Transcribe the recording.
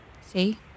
See